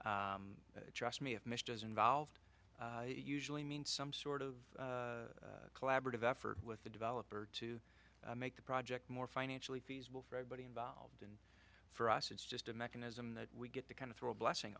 city trust me if mr is involved it usually means some sort of collaborative effort with the developer to make the project more financially feasible for everybody involved and for us it's just a mechanism that we get to kind of throw a blessing